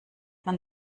man